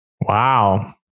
Wow